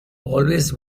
always